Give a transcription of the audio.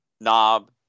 knob